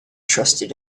trusted